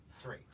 three